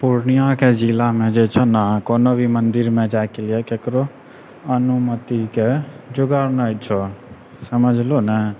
पूर्णियाके जिलामे जे छै ने कोनो भी मन्दिरमे जाइके लिए ककरो अनुमतीके जोगाड़ नहि छौ समझलो ने